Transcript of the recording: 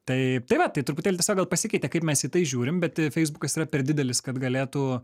tai tai va tai truputėlį tiesiog gal pasikeitė kaip mes į tai žiūrim bet feisbukas yra per didelis kad galėtų